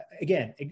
again